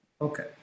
okay